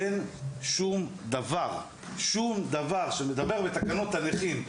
אין שום דבר שמדבר בתקנות הנכים,